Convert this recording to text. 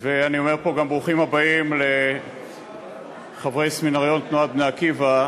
ואני אומר פה גם ברוכים הבאים לחברי סמינריון תנועת "בני עקיבא",